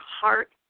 heart